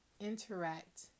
interact